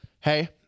hey